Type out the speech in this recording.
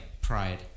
pride